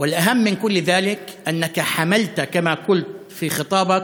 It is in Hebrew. וחשוב מזה, כפי שאמרת בנאום שלך,